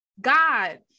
God